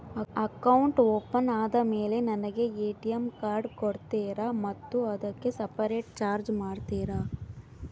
Account open ಆದಮೇಲೆ ನನಗೆ ATM card ಕೊಡ್ತೇರಾ ಮತ್ತು ಅದಕ್ಕೆ ಸಪರೇಟ್ ಚಾರ್ಜ್ ಮಾಡ್ತೇರಾ?